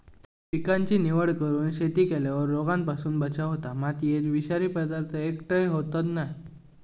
पिकाची निवड करून शेती केल्यार रोगांपासून बचाव होता, मातयेत विषारी पदार्थ एकटय होयत नाय